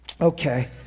Okay